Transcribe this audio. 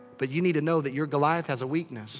but you need to know that your goliath has a weakness